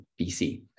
BC